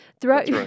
Throughout